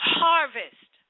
harvest